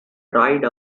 dried